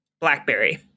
blackberry